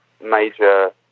major